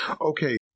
Okay